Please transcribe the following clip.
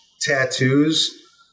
tattoos